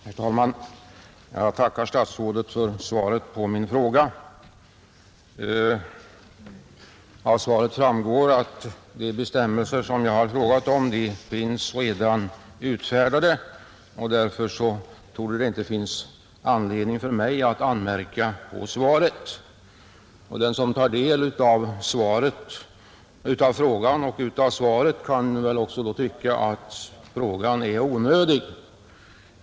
Herr talman! Jag tackar statsrådet för svaret på min fråga. Av svaret framgår att de bestämmelser som jag frågat om redan är utfärdade, och därför torde det inte finnas anledning för mig att anmärka på svaret. Den som tar del av min fråga och av svaret kan då tycka att frågan var onödig.